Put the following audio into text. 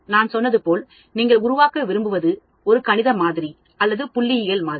நான் சொன்னது போல் நீங்கள் உருவாக்க விரும்புவது ஒரு கணித மாதிரி அல்லது ஒரு புள்ளியியல் மாதிரி